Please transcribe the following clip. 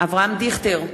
אברהם דיכטר,